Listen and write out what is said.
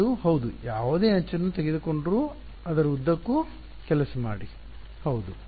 ಮತ್ತು ಹೌದು ಯಾವುದೇ ಅಂಚನ್ನು ತೆಗೆದುಕೊಂಡು ಅದರ ಉದ್ದಕ್ಕೂ ಕೆಲಸ ಮಾಡಿ ವಿದ್ಯಾರ್ಥಿ ಹೌದು